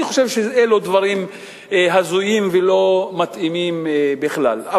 אני חושב שאלה דברים הזויים ולא מתאימים בכלל.